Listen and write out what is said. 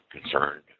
concerned